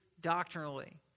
doctrinally